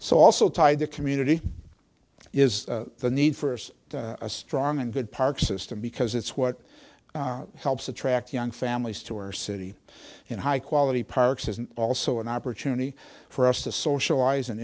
so also tie the community is the need for us a strong and good parks system because it's what helps attract young families to our city and high quality parks is also an opportunity for us to socialize and